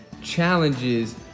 challenges